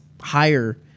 higher